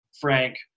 Frank